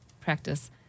practice